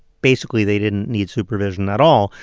basically, they didn't need supervision at all,